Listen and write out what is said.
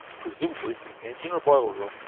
presumably from the engine or boiler room,